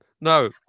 No